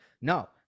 No